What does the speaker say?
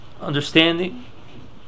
understanding